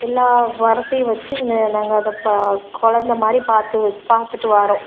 எல்லா உரத்தையும் வச்சி நெ நாங்கள் அதை பா குழந்த மாதிரி பார்த்து பார்த்துட்டு வாரோம்